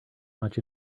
much